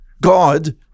God